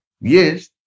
Yes